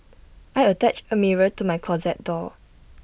I attached A mirror to my closet door